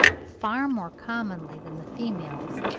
far more commonly than the females,